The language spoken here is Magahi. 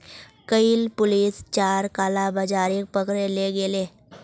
कइल पुलिस चार कालाबाजारिक पकड़े ले गेले